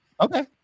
Okay